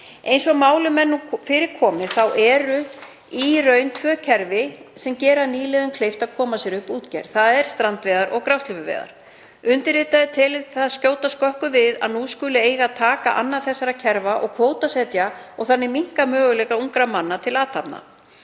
„Eins og málum er nú fyrir komið þá eru í raun tvö kerfi sem gera nýliðum kleift að koma sér upp útgerð, þ.e. strandveiðar og grásleppuveiðar. Undirritaður telur það skjóta skökku við að nú skuli eiga að taka annað þessara kerfa og kvótasetja og þannig minnka möguleika ungra manna til athafna.